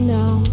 now